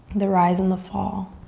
the rise and the fall.